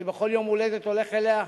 אני בכל יום-הולדת הולך אליה,